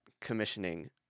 commissioning